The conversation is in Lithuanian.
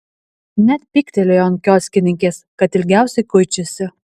net pyktelėjo ant kioskininkės kad ilgiausiai kuičiasi